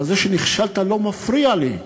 אבל זה שנכשלת לא מפריע לי.